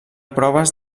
proves